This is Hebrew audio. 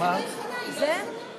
זה לא הצעה שלך?